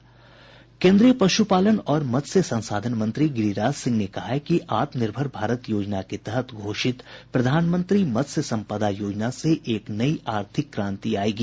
केन्द्रीय पशुपालन और मत्स्य संसाधन मंत्री गिरिराज सिंह ने कहा है कि आत्मनिर्भर भारत योजना के तहत घोषित प्रधानमंत्री मत्स्य संपदा योजना से एक नई आर्थिक क्रांति आयेगी